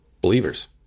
believers